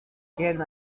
can